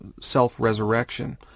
self-resurrection